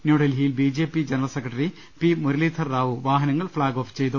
ന്യൂഡൽഹിയിൽ BJP general secretary P Muralidhar Rao വാഹനങ്ങൾ flag off ചെയ്തു